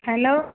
hello